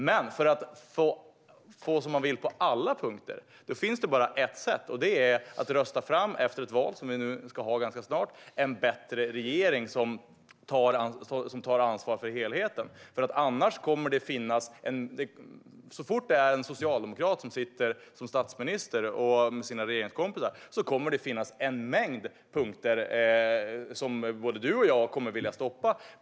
Men för att få som man vill på alla punkter finns det bara ett sätt, och det är att efter ett val, som vi nu ska ha ganska snart, rösta fram en bättre regering som tar ansvar för helheten. Annars kommer det så fort det är en socialdemokrat som sitter som statsminister med sina regeringskompisar att finnas en mängd punkter som både Oscar Sjöstedt och jag kommer att vilja stoppa.